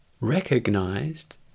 recognized